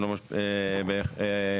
טעות